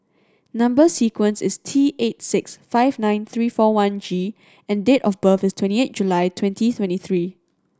number sequence is T eight six five nine three four one G and date of birth is twenty eight July twenty twenty three